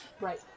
Right